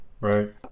Right